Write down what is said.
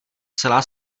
celá